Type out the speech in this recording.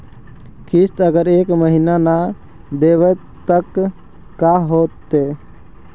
किस्त अगर एक महीना न देबै त का होतै?